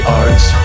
arts